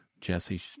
Jesse